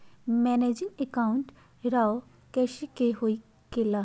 Managing account राव बताएं कैसे के हो खेती ला?